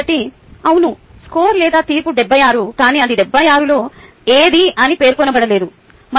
కాబట్టి అవును స్కోరు లేదా తీర్పు 76 కానీ అది 76 లో ఏది అని పేర్కొనబడలేదు